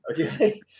okay